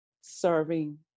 serving